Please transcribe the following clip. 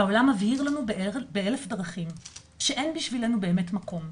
העולם מבהיר לנו באלף דרכים שאין בשבילנו באמת מקום.